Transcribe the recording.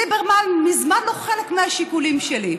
ליברמן מזמן לא חלק מהשיקולים שלי.